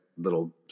little